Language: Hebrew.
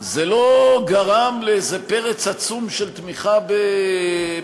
זה לא גרם לאיזה פרץ עצום של תמיכה בסיעתך,